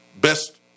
best